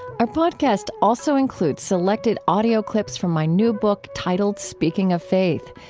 our podcast also includes selected audio clips from my new book, titled speaking of faith.